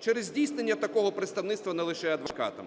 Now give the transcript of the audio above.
через здійснення такого представництва не лише адвокатом.